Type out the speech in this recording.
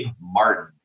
martin